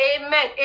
amen